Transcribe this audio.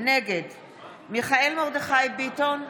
נגד מיכאל מרדכי ביטון,